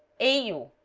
a. d.